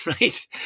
right